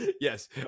yes